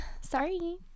sorry